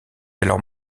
alors